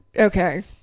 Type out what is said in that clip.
Okay